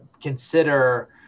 consider